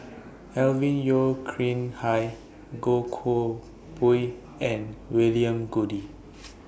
Alvin Yeo Khirn Hai Goh Koh Pui and William Goode